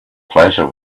pleasure